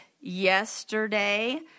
yesterday